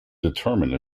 determine